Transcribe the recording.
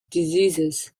diseases